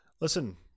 Listen